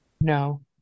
No